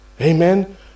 Amen